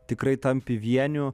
tikrai tampi vieniu